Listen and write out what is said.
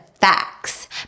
Facts